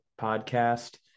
Podcast